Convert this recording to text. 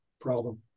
problem